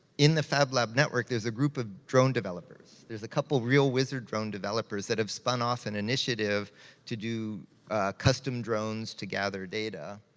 in the fab lab network, there's a group of drone developers. there's a couple real wizard drone developers that have spunoff an initiative to do custom drones to gather data.